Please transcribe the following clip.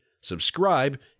subscribe